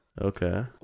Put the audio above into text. Okay